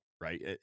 Right